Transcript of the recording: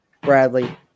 Bradley